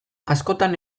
askotan